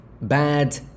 bad